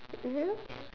mm